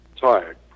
tired